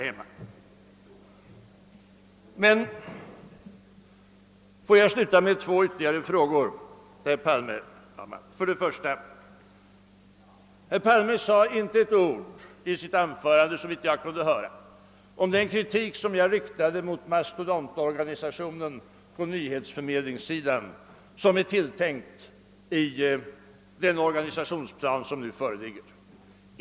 Slutligen vill jag ställa ytterligare en fråga till herr Palme. Såvitt jag kunde höra nämnde inte herr Palme med ett ord den kritik, som jag riktat mot den mastodontorganisation på nyhetsförmedlingssidan som är tilltänkt i den organisationsplan som nu föreligger.